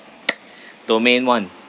domain one